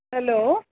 hello